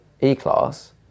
E-Class